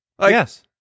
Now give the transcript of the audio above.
Yes